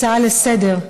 הצעה לסדר-היום,